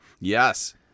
Yes